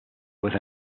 with